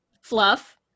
fluff